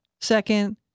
second